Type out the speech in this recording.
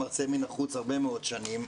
"מרצה מן החוץ" הרבה מאוד שנים,